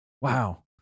Wow